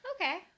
okay